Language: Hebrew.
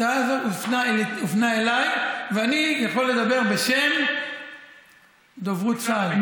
ההצעה הזאת הופנתה אליי ואני יכול לדבר בשם דוברות צה"ל,